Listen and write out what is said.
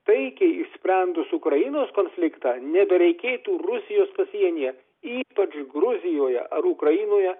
taikiai išsprendus ukrainos konfliktą nebereikėtų rusijos pasienyje ypač gruzijoje ar ukrainoje